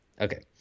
Okay